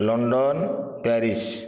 London Paris